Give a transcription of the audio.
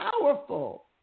powerful